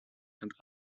and